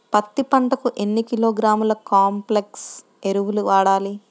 పత్తి పంటకు ఎన్ని కిలోగ్రాముల కాంప్లెక్స్ ఎరువులు వాడాలి?